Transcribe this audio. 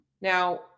Now